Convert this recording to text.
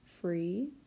free